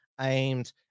aimed